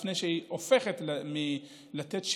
לפני שהיא נותנת שיטור,